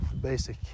basic